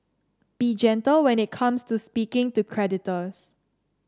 be gentle when it comes to speaking to creditors